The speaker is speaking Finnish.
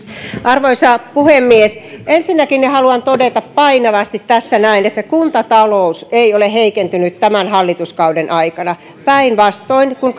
arvoisa puhemies ensinnäkin haluan todeta painavasti tässä näin että kuntatalous ei ole heikentynyt tämän hallituskauden aikana päinvastoin kun